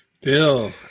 Bill